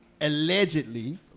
allegedly